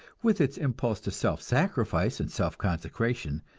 with its impulse to self-sacrifice and self-consecration,